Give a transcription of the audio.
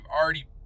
already